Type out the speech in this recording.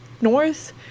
north